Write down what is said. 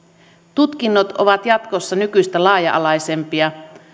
tutkinnot ovat jatkossa nykyistä laaja alaisempia